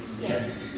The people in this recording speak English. Yes